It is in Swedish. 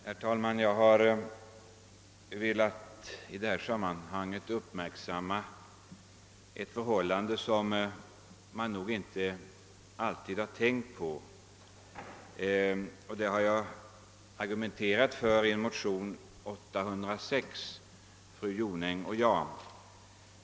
Herr talman! Jag vill i det här sammanhanget fästa uppmärksamheten på ett förhållande som man nog inte alltid har tänkt på men för vilket jag har argumenterat i en motion I1:806 tillsammans med fru Jonäng.